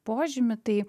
požymį tai